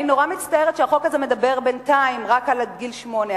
אני נורא מצטערת שהחוק הזה מדבר בינתיים רק עד גיל שמונה.